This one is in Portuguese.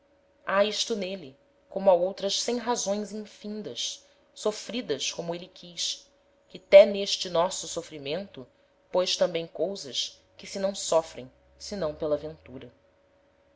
ha isto n'êle como ha outras sem razões infindas sofridas como êle quis que'té n'este nosso sofrimento pôs tambem cousas que se não sofrem senão pela ventura